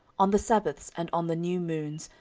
on the sabbaths, and on the new moons,